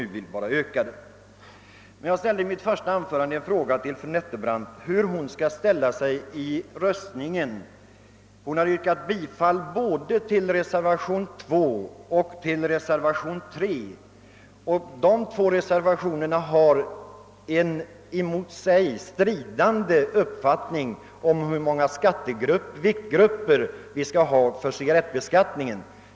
I mitt första anförande frågade jag fru Nettelbrandt hur hon skall ställa sig vid röstningen. Hon har yrkat bifall till både reservation 2 och reservation 3. I dessa båda reservationer framförs olika uppfattningar om hur många viktgrupper som skall finnas för cigarrettbeskattningen.